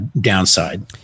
downside